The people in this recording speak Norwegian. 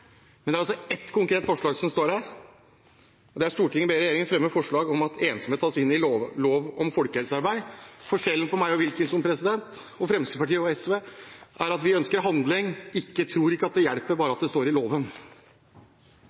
og det er: «Stortinget ber regjeringen fremme forslag om at «ensomhet» tas inn i lov om folkehelsearbeid § 7.» Forskjellen på meg og Wilkinson – og på Fremskrittspartiet og SV – er at vi ønsker handling. Vi tror ikke det hjelper bare at det står i loven.